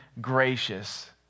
gracious